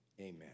Amen